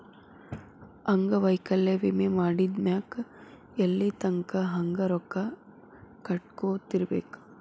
ಅಂಗವೈಕಲ್ಯ ವಿಮೆ ಮಾಡಿದ್ಮ್ಯಾಕ್ ಎಲ್ಲಿತಂಕಾ ಹಂಗ ರೊಕ್ಕಾ ಕಟ್ಕೊತಿರ್ಬೇಕ್?